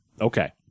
Okay